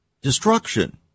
destruction